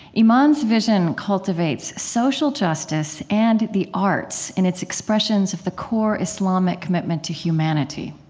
iman's vision cultivates social justice and the arts in its expressions of the core islamic commitment to humanity,